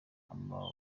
aba